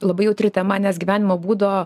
labai jautri tema nes gyvenimo būdo